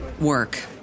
work